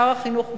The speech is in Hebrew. שר החינוך,